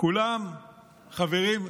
כולם חברים,